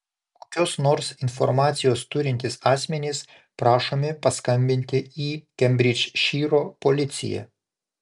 kokios nors informacijos turintys asmenys prašomi paskambinti į kembridžšyro policiją